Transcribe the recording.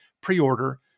pre-order